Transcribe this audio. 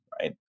right